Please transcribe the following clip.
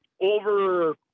over